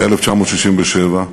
ב-1967,